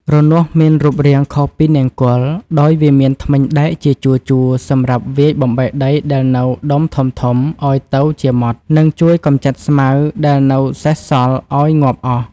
រនាស់មានរូបរាងខុសពីនង្គ័ល ដោយវាមានធ្មេញដែកជាជួរៗសម្រាប់វាយបំបែកដីដែលនៅដុំធំៗឱ្យទៅជាម៉ដ្ត និងជួយកម្ចាត់ស្មៅដែលនៅសេសសល់ឱ្យងាប់អស់។